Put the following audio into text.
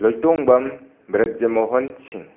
ꯂꯣꯏꯇꯣꯡꯕꯝ ꯕ꯭ꯔꯖꯃꯣꯍꯟ ꯁꯤꯡ